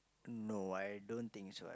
no I don't think so I